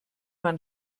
man